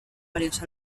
varios